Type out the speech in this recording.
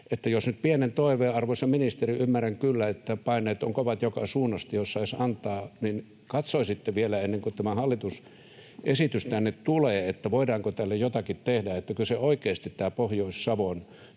nyt pienen toiveen, arvoisa ministeri — ymmärrän kyllä, että paineet ovat kovat joka suunnasta — saisi antaa, niin katsoisitte vielä ennen kuin tämä hallituksen esitys tänne tulee, voidaanko tälle jotakin tehdä. Kyllä oikeasti tämä Pohjois-Savon